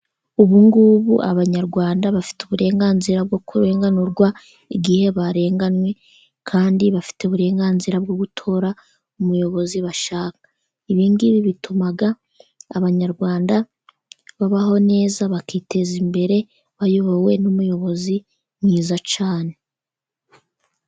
Ubu ngubu Abanyarwanda bafite uburenganzira bwo kurenganurwa, igihe barenganywe. Kandi bafite uburenganzira bwo gutora umuyobozi bashaka. Ibi ngibi bituma Abanyarwanda babaho neza bakiteza imbere, bayobowe n'umuyobozi mwiza cyane.